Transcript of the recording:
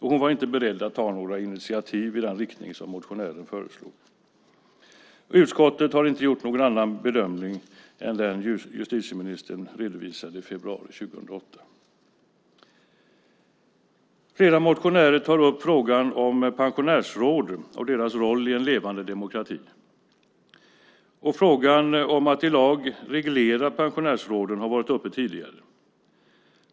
Hon var inte beredd att ta några initiativ i den riktning som motionären föreslog. Utskottet har inte gjort någon annan bedömning än den justitieministern redovisade i februari 2008. Flera motionärer tar upp frågan om pensionärsråd och deras roll i en levande demokrati. Frågan om att i lag reglera pensionärsråden har varit uppe tidigare.